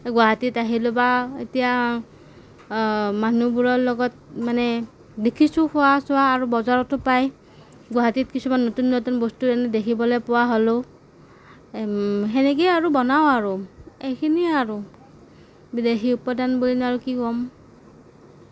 গুৱাহাটীত আহিলোঁ বা এতিয়া মানুহবোৰৰ লগত মানে দেখিছোঁ খোৱা চোৱা আৰু বজাৰতো পায় গুৱাহাটীত কিছুমান নতুন নতুন বস্তু এনে দেখিবলৈ পোৱা হ'লোঁ সেনেকৈ আৰু বনাওঁ আৰু এইখিনিয়ে আৰু বিদেশী উপাদান বুলিনো আৰু কি ক'ম